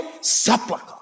Sepulchre